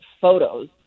photos